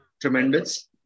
tremendous